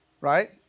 Right